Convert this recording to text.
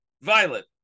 violet